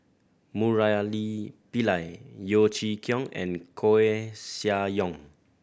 Murali Pillai Yeo Chee Kiong and Koeh Sia Yong